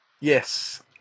Yes